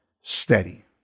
steady